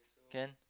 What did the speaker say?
can